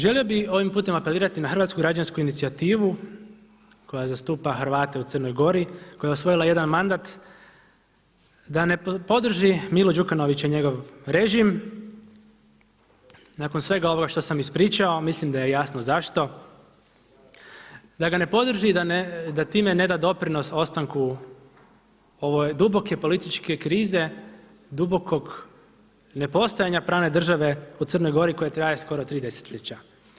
Želio bih ovim putem apelirati na Hrvatsku građansku inicijativu koja zastupa Hrvate u Crnoj Gori, koja je osvojila jedan mandat da ne podrži Milo Đukanovića i njegov režim, nakon svega ovoga što sam ispričao mislim da je jasno zašto, da ga ne podrži i da time neda doprinos ostanku ove duboke političke krize, dubokog nepostojanja pravne države u Crnoj Gori koje traje skoro 3 desetljeća.